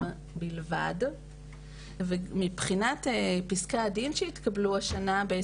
בלבד ומבחינת פסקי הדין שהתקבלו השנה,